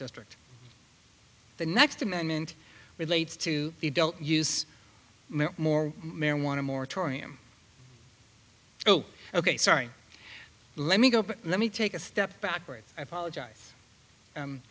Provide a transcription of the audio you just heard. district the next amendment relates to the adult use more marijuana moratorium oh ok sorry let me go let me take a step backward i apologize